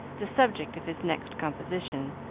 the subject of his next composition.